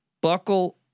Buckle